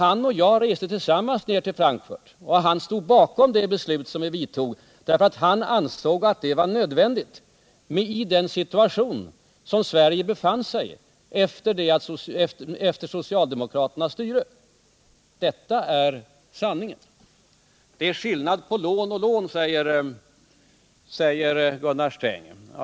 Han och jag reste tillsammans ned till Frankfurt, och han stod bakom det beslut som vi då fattade. Han ansåg alltså att detta var nödvändigt i den situation vari Sverige befann sig efter socialdemokraternas styre. Detta är sanningen! Det är skillnad på lån och lån, säger Gunnar Sträng.